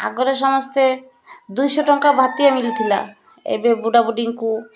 ଆଗରେ ସମସ୍ତେ ଦୁଇଶହ ଟଙ୍କା ଭତ୍ତା ମିଳୁଥିଲା ଏବେ ବୁଢ଼ା ବୁଢ଼ୀଙ୍କୁ